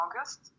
August